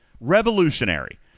Revolutionary